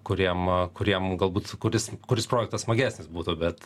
kuriem kuriem galbūt kuris kuris projektas smagesnis būtų bet